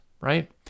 right